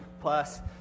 Plus